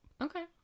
Okay